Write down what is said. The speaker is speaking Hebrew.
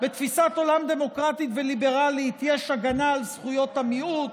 בתפיסת עולם דמוקרטית וליברלית יש הגנה על זכויות המיעוט,